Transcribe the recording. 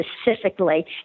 specifically